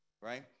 Right